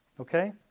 Okay